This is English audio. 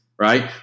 Right